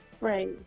Right